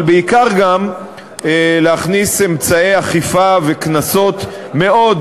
אבל בעיקר גם להכניס אמצעי אכיפה וקנסות מאוד